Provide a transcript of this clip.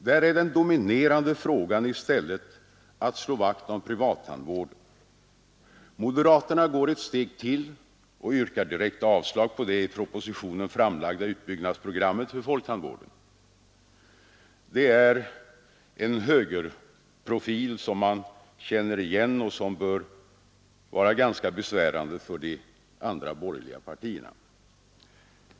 Där är den dominerande frågan i stället att slå vakt om privattandvården. Moderaterna går ett steg till och yrkar direkt avslag på det i propositionen framlagda utbyggnadsprogrammet för folktandvården. Det är en högerprofil som man känner igen och som bör vara ganska besvärande för de andra borgerliga partierna.